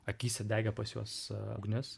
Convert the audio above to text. akyse degė pas juos ugnis